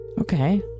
Okay